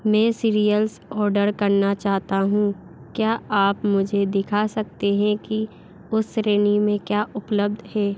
मैं cereals order करना चाहता हूँ क्या आप मुझे दिखा सकते हैं कि उस श्रेणी में क्या उपलब्ध है